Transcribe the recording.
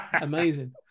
Amazing